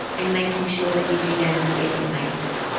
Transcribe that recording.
and making sure that you do that on a regular basis.